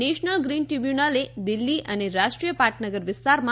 national green ટ્રીબ્યૂનલે દિલ્ફી અને રાષ્ટ્રીય પાટનગર વિસ્તારમાં